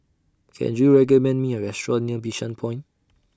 Can YOU recommend Me A Restaurant near Bishan Point